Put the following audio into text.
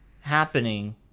happening